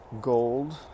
gold